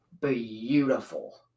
beautiful